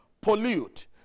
pollute